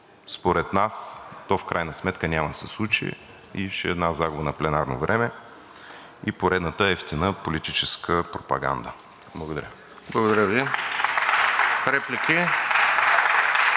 според нас то в крайна сметка няма да се случи и ще е една загуба на пленарно време и поредната евтина политическа пропаганда. Благодаря. (Ръкопляскания